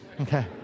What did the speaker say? Okay